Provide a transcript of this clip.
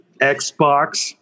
Xbox